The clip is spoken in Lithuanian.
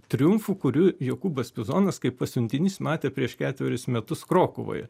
triumfu kuriu jokūbas pezonas kaip pasiuntinys matė prieš ketverius metus krokuvoje